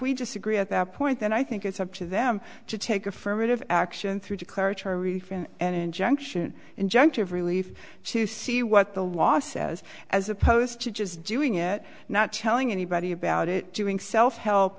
we disagree at that point then i think it's up to them to take affirmative action through declaratory and injunction injunctive relief to see what the law says as opposed to just doing it not telling anybody about it doing self help